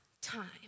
time